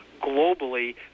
globally